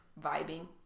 vibing